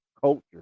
culture